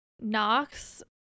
Knox